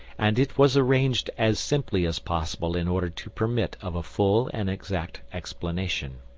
and it was arranged as simply as possible in order to permit of a full and exact explanation.